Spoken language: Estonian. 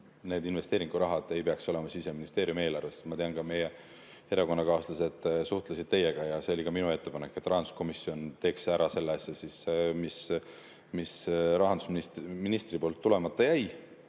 see investeeringuraha ei peaks olema Siseministeeriumi eelarves. Ma tean, et ka meie erakonnakaaslased suhtlesid teiega ja see oli ka minu ettepanek, et rahanduskomisjon teeks ära selle asja, mis rahandusministri poolt tulemata jäi.